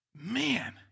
Man